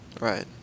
Right